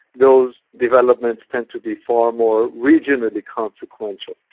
those developments tend to be far more regionally consequential.